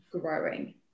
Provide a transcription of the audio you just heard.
growing